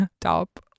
top